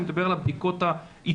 אני מדבר על בדיקות האיתור.